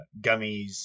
gummies